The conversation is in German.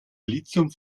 lithium